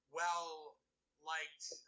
well-liked